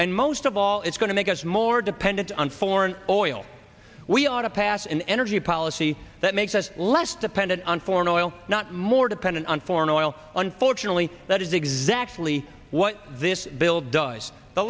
and most of all it's going to make us more dependent on foreign oil we ought to pass an energy policy that makes us less dependent on foreign oil not more dependent on foreign oil unfortunately that is exactly what this bill does the